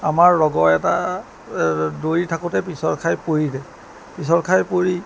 আমাৰ লগৰ এটা দৌৰি থাকোঁতে পিছল খাই পৰিলে পিছল খাই পৰি